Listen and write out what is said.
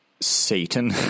Satan